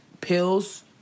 pills